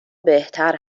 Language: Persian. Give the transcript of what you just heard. بهتر